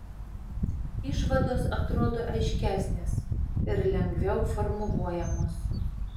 išvados atrodo aiškesnės ir lengviau formuluojamos